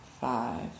five